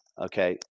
Okay